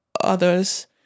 others